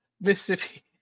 Mississippi